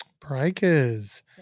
Breakers